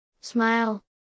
Smile